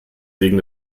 wegen